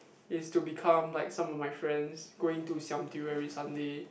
is to become like some of my friends going to siam-diu every Sunday